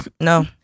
No